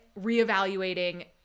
reevaluating